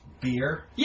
Beer